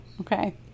okay